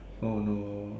oh no